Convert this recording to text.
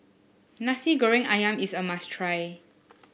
Nasi Goreng ayam is a must try